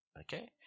Okay